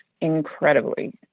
incredibly